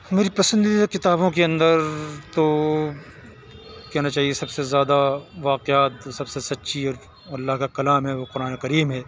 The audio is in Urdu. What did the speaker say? میری پسندیدہ کتابوں کے اندر تو کہنا چاہیے سب سے زیادہ واقعات سب سے سچی اور اللہ کا کلام ہے وہ قرآن کریم ہے